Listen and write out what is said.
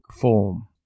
form